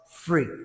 Free